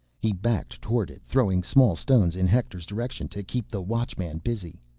he backed toward it, throwing small stones in hector's direction to keep the watchman busy.